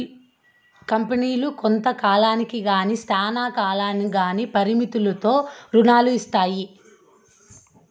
కంపెనీలు కొంత కాలానికి గానీ శ్యానా కాలంకి గానీ పరిమితులతో రుణాలు ఇత్తాయి